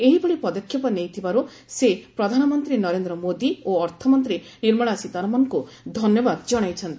ଏହିଭଳି ପଦକ୍ଷେପ ନେଇଥିବାରୁ ସେ ପ୍ରଧାନମନ୍ତ୍ରୀ ନରେନ୍ଦ୍ର ମୋଦି ଓ ଅର୍ଥମନ୍ତ୍ରୀ ନିର୍ମଳା ସୀତାରମଣଙ୍କୁ ଧନ୍ୟବାଦ ଜଣାଇଛନ୍ତି